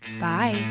Bye